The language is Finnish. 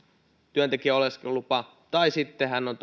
työntekijän oleskelulupa tai sitten hän on